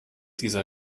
dieser